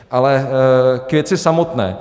Ale k věci samotné.